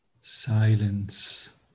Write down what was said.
silence